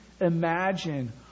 imagine